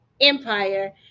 empire